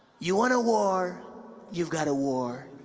you want a war you've got a war